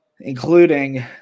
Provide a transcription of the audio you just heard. including